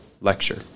lecture